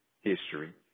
history